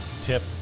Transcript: tip